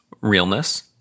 Realness